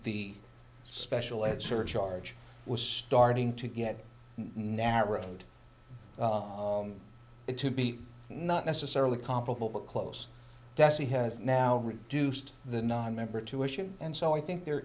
the special ed surcharge was starting to get narrow it to be not necessarily comparable but close dessie has now reduced the nonmember tuition and so i think there